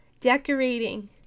decorating